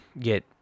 get